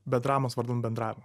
bendravimas vardan bendravimo